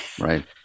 right